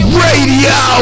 radio